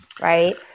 right